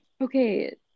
Okay